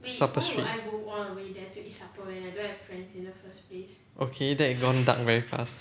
supper street okay that has gone dark very fast